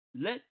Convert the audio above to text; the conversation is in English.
Let